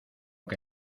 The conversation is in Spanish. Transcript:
que